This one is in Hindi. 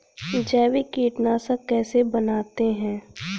जैविक कीटनाशक कैसे बनाते हैं?